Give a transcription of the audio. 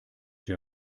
der